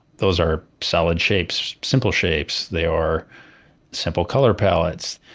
those are solid shapes, simple shapes. they are simple color palettes.